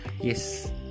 yes